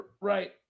Right